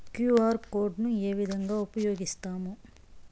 QR code ను ఏ విధంగా ఉపయగిస్తాము?